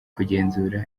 kugenzura